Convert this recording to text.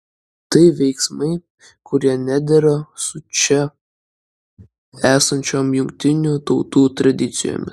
tai veiksmai kurie nedera su čia esančiom jungtinių tautų tradicijomis